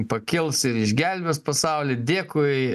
pakils ir išgelbės pasaulį dėkui